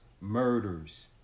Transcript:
murders